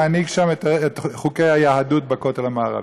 להנהיג שם את חוקי היהדות בכותל המערבי.